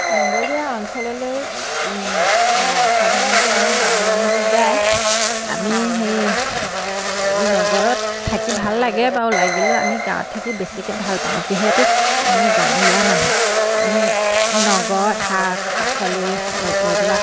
নগৰীয়া অঞ্চললৈ সাধাৰণতে আমাৰ গাঁৱৰ মানুহবোৰ যায় আমি সেই নগৰত থাকি ভাল লাগে বাৰু লাগিলেও আমি গাঁৱত থাকি বেছিকৈ ভাল পাওঁ যিহেতু আমি গাঁৱলীয়া মানুহ আমি নগৰত শাক পাচলি এ এইবিলাক